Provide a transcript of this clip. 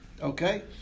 Okay